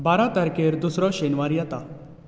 बारा तारखेर दुसरो शेनवार येता